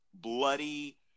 bloody